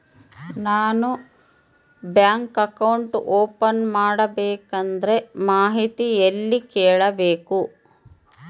ನಾನು bank account open ಮಾಡಬೇಕಂದ್ರ ಮಾಹಿತಿ ಎಲ್ಲಿ ಕೇಳಬೇಕು?